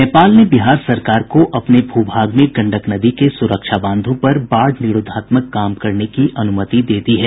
नेपाल ने बिहार सरकार को अपने भू भाग में गंडक नदी के सुरक्षा बांधों पर बाढ़ निरोधात्मक काम करने की अनुमति दे दी है